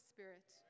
Spirit